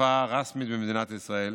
שפה רשמית במדינת ישראל,